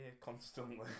constantly